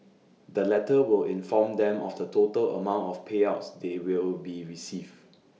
the letter will inform them of the total amount of payouts they will be receive